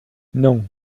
non